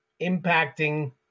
impacting